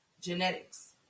genetics